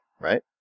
right